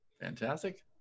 Fantastic